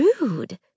rude